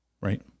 Right